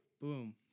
Boom